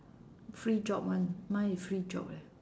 free job [one] mine is free job leh